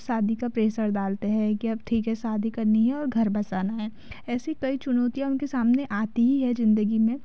शादी का प्रेसर डालते हैं कि अब ठीक है शादी करनी है और घर बसाना है ऐसी कई चुनौतियाँ उनके सामने आती ही है जिंदगी में